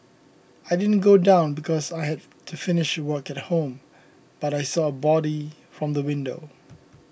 I didn't go down because I had to finish work at home but I saw a body from the window